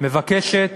מבקשת